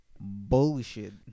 bullshit